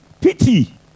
pity